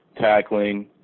tackling